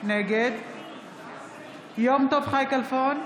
נגד יום טוב חי כלפון,